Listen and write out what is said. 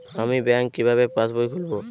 আমি ব্যাঙ্ক কিভাবে পাশবই খুলব?